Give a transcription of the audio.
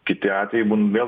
kiti atvejai būna vėl